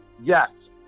Yes